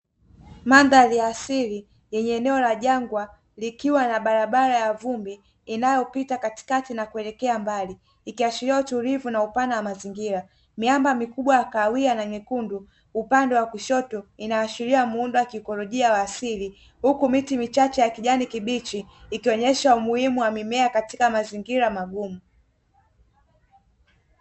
Mandhari ya asili yenye eneo la jangwa likiwa na barabara ya vumbi, inayopita katikati na kuelekea mbali ikiashira utulivu na upana wa mazingira. Miamba mikubwa ya kahawia na nyekundu upande wa kushoto ina ashiria muundo wa kiikolojia wa asili, huku miti michache ya kijani ya asili ikionyesha umuhimu wa mimea katika mazingira magumu.